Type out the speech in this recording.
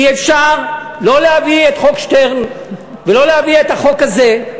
אי-אפשר לא להביא את חוק שטרן ולא להביא את החוק הזה,